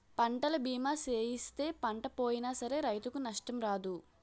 పంటల బీమా సేయిస్తే పంట పోయినా సరే రైతుకు నష్టం రాదు